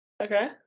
Okay